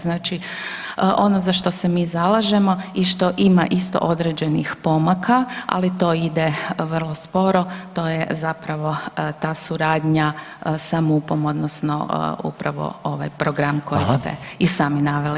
Znači ono za što se i zalažemo i što ima isto određenih pomaka, ali to ide vrlo sporo, to je zapravo ta suradnja sa MUP-om odnosno upravo ovaj program koji ste [[Upadica: Hvala.]] i sami naveli.